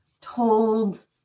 told